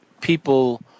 people